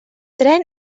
tren